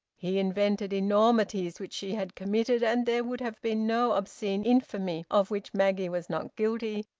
he invented enormities which she had committed, and there would have been no obscene infamy of which maggie was not guilty,